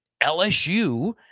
LSU